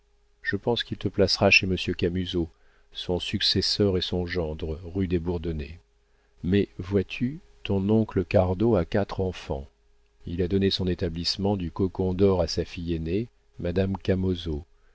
je pense qu'il te placera chez monsieur camusot son successeur et son gendre rue des bourdonnais mais vois-tu ton oncle cardot a quatre enfants il a donné son établissement du cocon dor à sa fille aînée madame